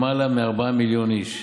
למעלה מ-4 מיליון איש.